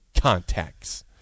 contacts